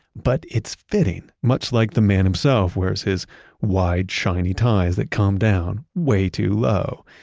but it's fitting. much like the man himself wears his wide shiny ties that calm down way too low.